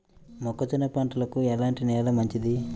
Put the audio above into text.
మొక్క జొన్న పంటకు ఎలాంటి నేల మంచిది?